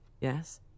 yes